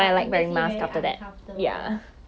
even though I know I can wear like what I wanna wear